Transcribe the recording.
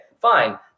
fine